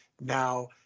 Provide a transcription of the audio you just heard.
now